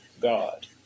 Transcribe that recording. God